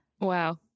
Wow